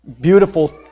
beautiful